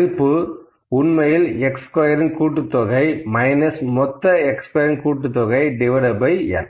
இந்த மதிப்பு உண்மையில் x ஸ்கொயரின் கூட்டுத்தொகை மைனஸ் மொத்த x ஸ்கொயரின் கூட்டுத்தொகை n